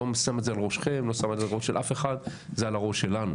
אני לא שם את זה על ראשכם ולא על הראש של אף אחד זה על הראש שלנו.